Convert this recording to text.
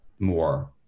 more